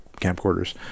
camcorders